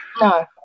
No